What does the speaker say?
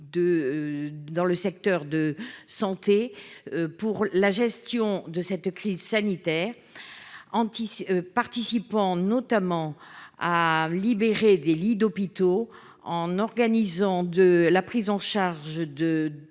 dans le secteur de santé pour la gestion de cette crise sanitaire anti-participant notamment à libérer des lits d'hôpitaux en organisant de la prise en charge de